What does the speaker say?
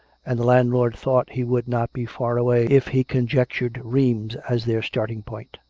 and the landlord thought he would not be far away if he conjec tured rheims as their starting-point